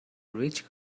rich